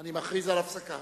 אני מכריז על הפסקה.